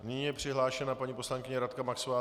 Nyní je přihlášena paní poslankyně Radka Maxová.